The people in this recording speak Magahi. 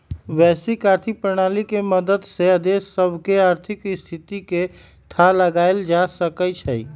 वैश्विक आर्थिक प्रणाली के मदद से देश सभके आर्थिक स्थिति के थाह लगाएल जा सकइ छै